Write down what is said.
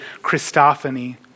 Christophany